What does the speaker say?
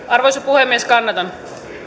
arvoisa puhemies kannatan